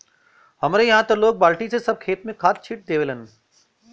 हमरे इहां त लोग बल्टी से सब खेत में खाद छिट देवलन